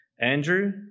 Andrew